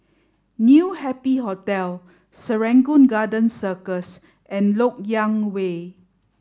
new Happy Hotel Serangoon Garden Circus and Lok Yang Way